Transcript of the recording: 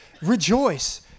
Rejoice